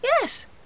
Yes